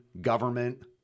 government